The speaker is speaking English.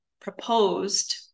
proposed